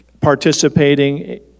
participating